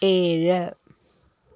ഏഴ്